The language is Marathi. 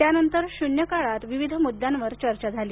त्यानंतर शून्य काळात विविध मुद्द्यावर चर्चा झाली